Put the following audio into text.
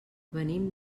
venim